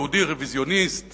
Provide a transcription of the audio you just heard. יהודי רוויזיוניסט